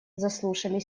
заслушали